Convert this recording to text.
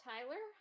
Tyler